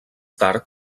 tard